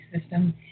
system